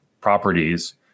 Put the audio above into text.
properties